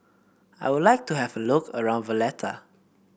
I would like to have a look around Valletta